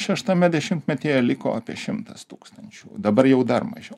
šeštame dešimtmetyje liko apie šimtas tūkstančių dabar jau dar mažiau